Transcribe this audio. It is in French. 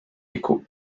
écho